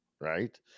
right